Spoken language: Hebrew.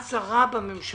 את שרה בממשלה.